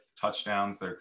touchdowns